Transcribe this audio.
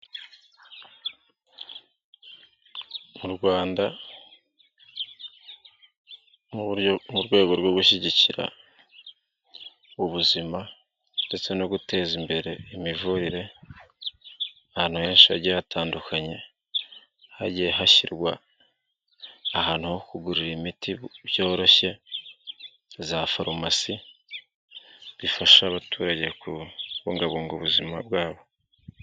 Mu Rwanda mu rwego rwo gushyigikira ubuzima ndetse no guteza imbere imivurire ahantu henshi hagiye hatandukanye, hagiye hashyirwa ahantu ho kugurira imiti byoroshye za farumasi, bifasha abaturage kubungabunga ubuzima bwabo.